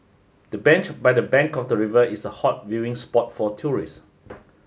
the bench by the bank of the river is a hot viewing spot for tourist